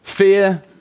Fear